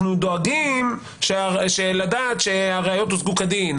אנחנו דואגים לדעת שהראיות הושגו כדין,